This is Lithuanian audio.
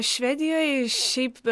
švedijoje šiaip